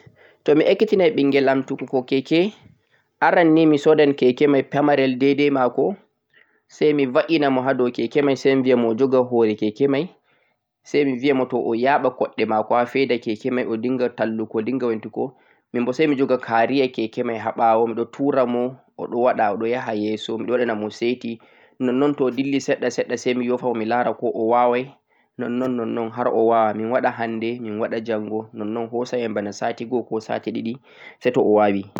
Tomi ekkitinai ɓengel am tukuko keke, aran nii me soodai keke mai pamarel daidai mako sai mi vad'enamo hado keke mai, sai mi viyamo o joga hore keke mai, sai mi veyamo o yaɓa kuɗɗe mako ha feda keke mai odinga talluki oɗon wailita. Mimbo sai mi joga karia keke mai ha ɓawo miɗon turamo oɗon yaha yeso miɗon waɗanamo saiti. nonnon to'o dilli seɗɗa seɗɗa sai mi yofamo milara ko'o wawai nonnon-nonnon har owawa. min waɗa hande be jango hosai'am bana sati go'o koh sati ɗiɗi seto'o wawi